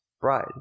bride